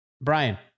Brian